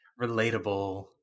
relatable